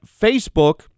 Facebook